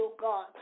God